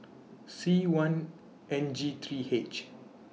C one N G three H